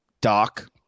Doc